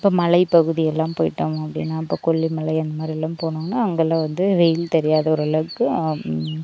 இப்போ மலை பகுதியெல்லாம் போயிட்டாங்க அப்படின்னா இப்போ கொல்லி மலை அந்தமாதிரிலாம் போனோம்னா அங்கேலாம் வந்து வெயில் தெரியாது ஓரளவுக்கு